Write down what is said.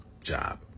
job